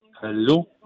Hello